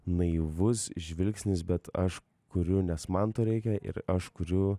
naivus žvilgsnis bet aš kuriu nes man to reikia ir aš kuriu